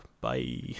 bye